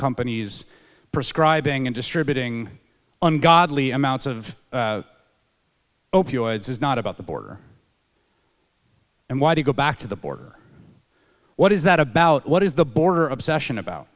companies prescribing and distributing ungodly amounts of opioids is not about the border and why they go back to the border what is that about what is the border obsession about